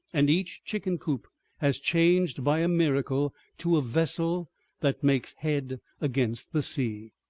and each chicken coop has changed by a miracle to a vessel that makes head against the sea.